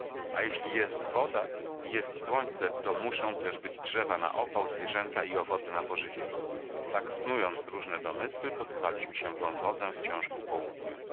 a jeśli jest woda i jest słońce to muszą też być drzewa na opał zwierzęta i owoce na pożywienie tak snując różne domysły posuwaliśmy się wąwozem wciąż ku południu